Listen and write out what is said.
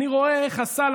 אני רואה איך הסל,